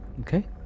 Okay